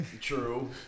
True